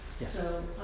Yes